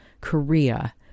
Korea